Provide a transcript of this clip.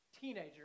teenager